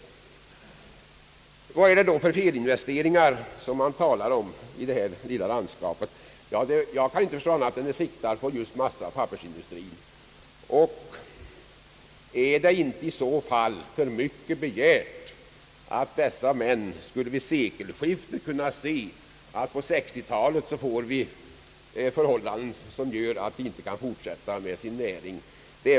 Vad är det då för felinvesteringar man talar om i det här lilla landskapet? Jag kan inte förstå annat än att man siktar på just massaoch pappersindustrin. Är det inte i så fall för mycket begärt att dessa män vid sekelskiftet skulle ha kunnat förutse att på 1960 talet får vi förhållanden som gör att man inte kan fortsätta med sin näring?